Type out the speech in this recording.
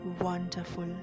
wonderful